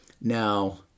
Now